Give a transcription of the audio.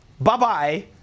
Bye-bye